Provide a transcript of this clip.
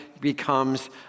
becomes